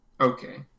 okay